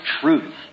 truth